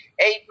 amen